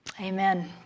Amen